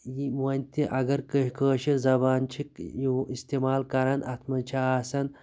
وۄنۍ تہِ اَگَر کٲشِر زَبان چھ اِستعمال کَران اَتھ منٛز چھ آسان